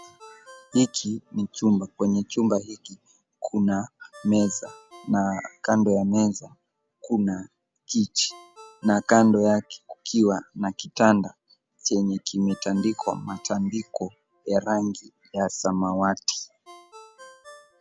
Hiki ni chumba , kwenye chumba hiki kuna meza na kando ya meza kuna kiti na kando yake kukiwa na kitanda yenye kime tandikwa matandiko ya rangi ya samawati.